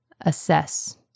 Assess